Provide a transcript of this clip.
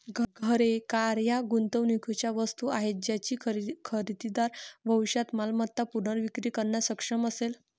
घरे, कार या गुंतवणुकीच्या वस्तू आहेत ज्याची खरेदीदार भविष्यात मालमत्ता पुनर्विक्री करण्यास सक्षम असेल